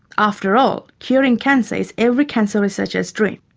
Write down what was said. after all, curing cancer is every cancer researcher's dream.